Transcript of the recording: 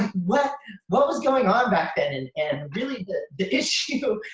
what what was going on back then? and and really the the issue